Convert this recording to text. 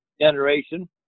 generation